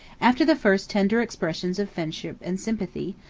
after the first tender expressions of friendship and sympathy,